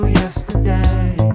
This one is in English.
yesterday